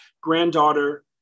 granddaughter